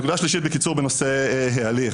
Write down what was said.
הנקודה השלישית בקיצור בנושא ההליך,